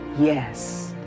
Yes